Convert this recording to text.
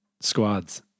squads